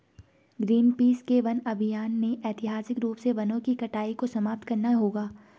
Greenpeace के वन अभियान ने ऐतिहासिक रूप से वनों की कटाई को समाप्त करना होगा